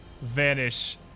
vanish